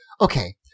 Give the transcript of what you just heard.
okay